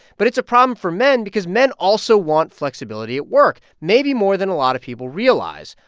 but it's a problem for men because men also want flexibility at work, maybe more than a lot of people realize.